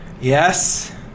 Yes